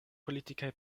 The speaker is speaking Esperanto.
politikaj